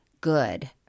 good